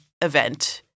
event